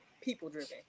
people-driven